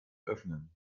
öffnen